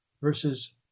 Verses